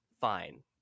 fine